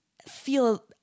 feel